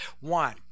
One